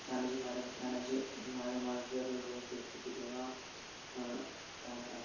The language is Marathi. तानाजी महाराज तानाजी महारा महाराज आपण बघू शकतो की जेव्हा ता